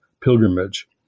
pilgrimage